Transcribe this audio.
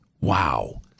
Wow